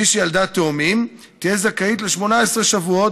מי שילדה תאומים תהיה זכאית ל-18 שבועות